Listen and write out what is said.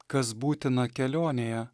kas būtina kelionėje